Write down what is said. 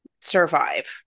survive